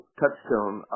touchstone